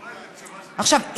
עכשיו,